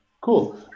cool